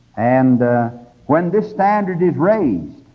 and when this standard is raised